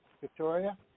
Victoria